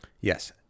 Yes